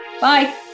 Bye